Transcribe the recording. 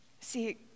See